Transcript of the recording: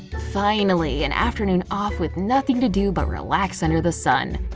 finally, an afternoon off with nothing to do but relax under the sun.